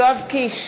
יואב קיש,